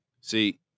See